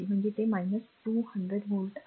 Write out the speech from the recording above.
म्हणजे तो 200 व्होल्ट आहे